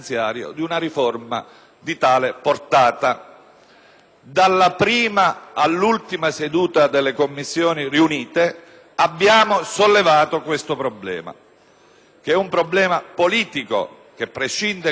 Dalla prima all'ultima seduta delle Commissioni riunite abbiamo sollevato questo problema. È un problema politico che prescinde, quindi, per larga parte dalle problematiche *ex*